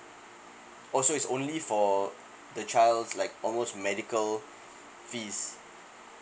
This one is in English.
oh so is only for the child's like almost medical fees